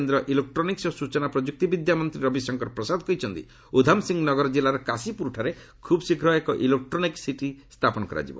କେନ୍ଦ୍ର ଇଲେକ୍ଟ୍ରୋନିକ୍ସ ଓ ସ୍ଟଚନା ଓ ପ୍ରଯୁକ୍ତିବିଦ୍ୟା ମନ୍ତ୍ରୀ ରବୀଶଙ୍କର ପ୍ରସାଦ କହିଛନ୍ତି ଉଦ୍ଧାମସିଂ ନଗର କିଲ୍ଲାର କାଶୀପୁରଠାରେ ଖୁବ୍ ଶୀଘ୍ର ଏକ ଇଲେକ୍ଟ୍ରୋନିକ୍ ସିଟି ସ୍ଥାପନ କରାଯିବ